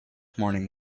morning